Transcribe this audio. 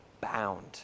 bound